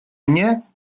mnie